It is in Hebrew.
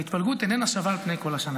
ההתפלגות איננה שווה על פני כל השנה.